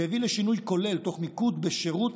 שהביא לשינוי כולל תוך מיקוד בשירות